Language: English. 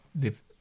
live